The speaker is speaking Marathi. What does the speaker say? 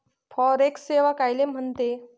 फॉरेक्स सेवा कायले म्हनते?